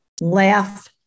laugh